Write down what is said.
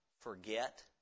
forget